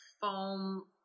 foam